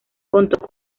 contó